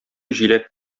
җиләк